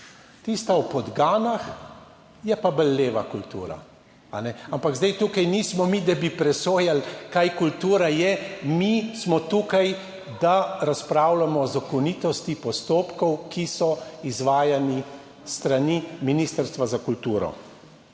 Tista o podganah je pa bolj leva kultura, ali ne? Ampak zdaj tukaj nismo mi, da bi presojali, kaj kultura je. Mi smo tukaj, da razpravljamo o zakonitosti postopkov, ki so izvajani s strani Ministrstva za kulturo.